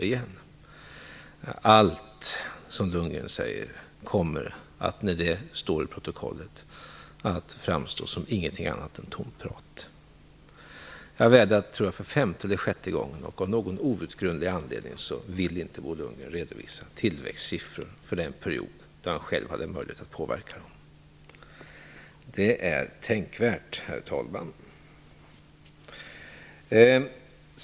Allt det som Bo Lundgren säger kommer, när det står i protokollet, att framstå som ingenting annat än tomt prat. Jag vädjar för femte eller sjätte gången, men av någon anledning vill inte Bo Lundgren redovisa tillväxtsiffrorna för den period då han själv hade möjlighet att påverka dessa. Det är tänkvärt, herr talman.